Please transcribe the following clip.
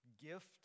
Gift